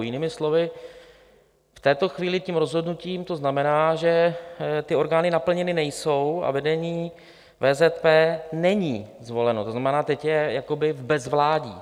Jinými slovy, v této chvíli tím rozhodnutím to znamená, že ty orgány naplněny nejsou a vedení VZP není zvoleno, to znamená, teď je jakoby bezvládí.